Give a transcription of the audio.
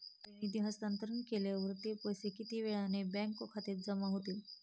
तुम्ही निधी हस्तांतरण केल्यावर ते पैसे किती वेळाने बँक खात्यात जमा होतील?